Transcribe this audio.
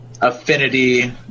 affinity